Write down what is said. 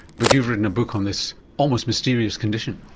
but you've written a book on this almost mysterious condition.